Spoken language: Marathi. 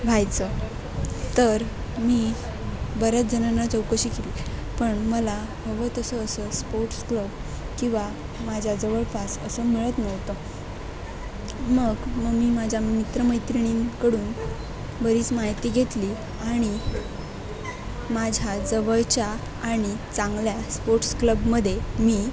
व्हायचं तर मी बऱ्याच जणांना चौकशी केली पण मला हवं तसं असं स्पोर्ट्स क्लब किंवा माझ्या जवळपास असं मिळत नव्हतं मग मग मी माझ्या मित्र मैत्रिणींकडून बरीच माहिती घेतली आणि माझ्या जवळच्या आणि चांगल्या स्पोर्ट्स क्लबमध्ये मी